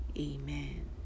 amen